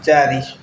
ଚାରି